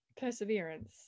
perseverance